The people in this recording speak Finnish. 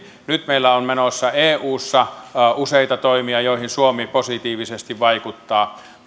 meillä on menossa eussa useita toimia joihin suomi positiivisesti vaikuttaa